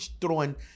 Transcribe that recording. throwing